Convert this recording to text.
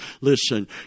Listen